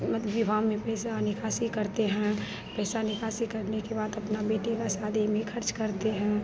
मत विवाह में पैसा निकासी करते हैं पैसा निकासी करने के बाद अपना बेटी की शादी में ख़र्च करते हैं